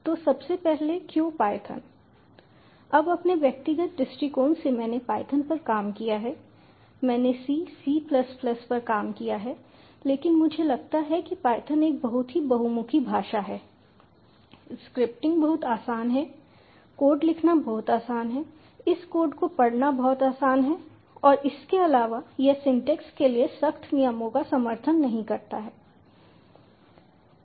तो सबसे पहले क्यों पायथन अब अपने व्यक्तिगत दृष्टिकोण से मैंने पायथन पर काम किया है मैंने C C पर काम किया है लेकिन मुझे लगता है कि पायथन एक बहुत ही बहुमुखी भाषा है स्क्रिप्टिंग बहुत आसान है कोड लिखना बहुत आसान है इस कोड को पढ़ना बहुत आसान है और इसके अलावा यह सिंटैक्स के लिए सख्त नियमों का समर्थन नहीं करता है